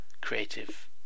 creative